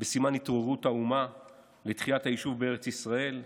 בסימן התעוררות האומה לתחיית היישוב בארץ ישראל.